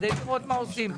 כדי לראות מה עושים.